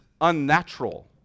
unnatural